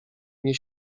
nie